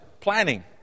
planning